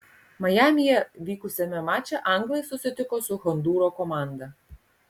majamyje vykusiame mače anglai susitiko su hondūro komanda